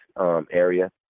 area